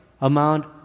amount